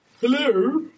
Hello